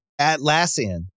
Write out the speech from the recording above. Atlassian